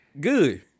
Good